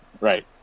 Right